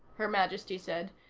her majesty said.